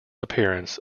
appearance